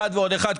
אחד ועוד אחד,